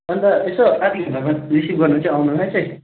अन्त यसो आधा घन्टाबाद रिसिभ गर्नु चाहिँ आउनुहोस् है